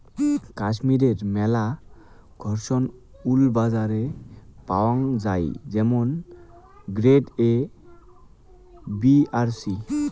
কাশ্মীরের মেলা ধরণের উল বাজারে পাওয়াঙ যাই যেমন গ্রেড এ, বি আর সি